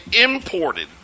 imported